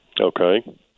Okay